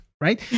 right